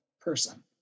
person